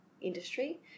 industry